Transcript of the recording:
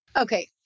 Okay